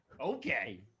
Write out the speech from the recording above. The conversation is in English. Okay